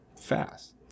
fast